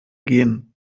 gehen